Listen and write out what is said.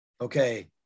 okay